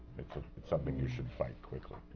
it's something you should fight quickly,